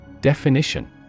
Definition